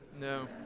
No